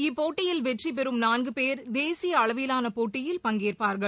இப்போட்டியில் வெற்றி பெறும் நான்கு பேர் தேசிய அளவிலான போட்டியில் பங்கேற்பார்கள்